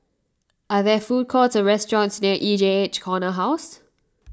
are there food courts or restaurants near E J H Corner House